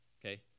okay